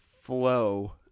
flow